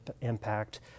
impact